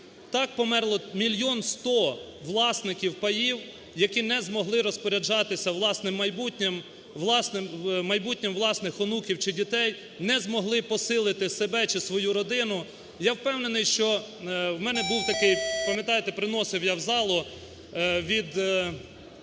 Так померло мільйон 100 власників паїв, які не змогли розпоряджатися власним майбутнім, майбутнім власних онуків чи дітей, не змогли посилити себе чи свою родину. Я впевнений, що, в мене був такий, пам'ятаєте, приносив я в залу від